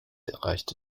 erreichte